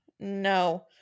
No